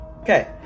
okay